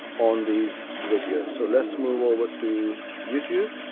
on these videos. so let's move over to youtube